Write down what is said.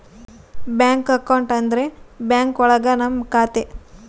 bank account ಅಂದ್ರೆ bank ಒಳಗ ನಮ್ ಖಾತೆ